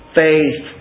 faith